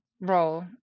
role